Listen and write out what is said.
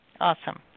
Awesome